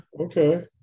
Okay